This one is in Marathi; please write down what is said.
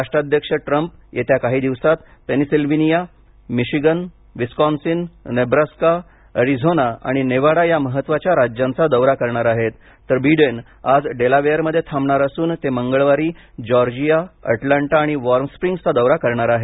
राष्ट्राध्यक्ष ट्रम्प येत्या काही दिवसांत Pennsylvania Michigan Wisconsin Nebraska Arizona आणि नेवाडा या महत्वाच्या राज्याचा दौरा करणार आहेत तर बिडेन आज डेलावेअरमध्ये थांबणार असून ते मंगळवारी जॉर्जिया अटलांटा आणि वॉर्म स्प्रिग्सचा दौरा करणार आहेत